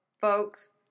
folks